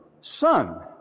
son